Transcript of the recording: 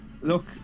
look